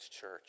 church